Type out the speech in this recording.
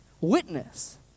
Witness